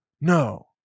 No